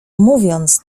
mówiąc